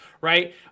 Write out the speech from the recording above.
Right